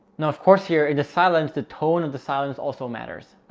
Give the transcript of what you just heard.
now, of course, you're in the silence. the tone of the silence also matters.